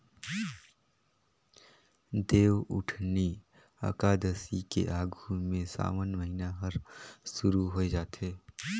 देवउठनी अकादसी के आघू में सावन महिना हर सुरु होवे जाथे